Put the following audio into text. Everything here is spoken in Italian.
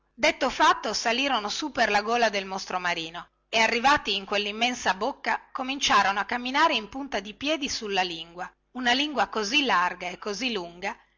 detto fatto salirono su per la gola del mostro marino e arrivati in quellimmensa bocca cominciarono a camminare in punta di piedi sulla lingua una lingua così larga e così lunga